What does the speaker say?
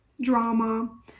drama